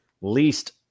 least